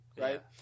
right